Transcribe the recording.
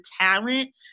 talent